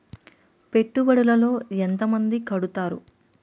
పెట్టుబడుల లో ఎంత మంది కడుతరు?